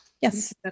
Yes